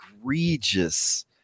egregious